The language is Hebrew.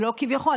לא כביכול,